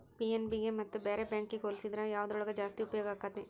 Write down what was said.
PNB ಗೆ ಮತ್ತ ಬ್ಯಾರೆ ಬ್ಯಾಂಕಿಗ್ ಹೊಲ್ಸಿದ್ರ ಯವ್ದ್ರೊಳಗ್ ಜಾಸ್ತಿ ಉಪ್ಯೊಗಾಕ್ಕೇತಿ?